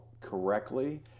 correctly